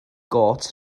gôt